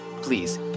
please